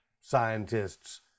scientists